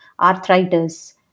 arthritis